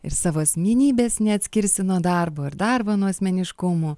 ir savo asmenybės neatskirsi nuo darbo ir darbą nuo asmeniškumų